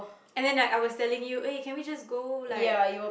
and then like I was telling you eh can we just go like